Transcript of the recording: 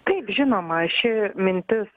taip žinoma ši mintis